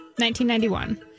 1991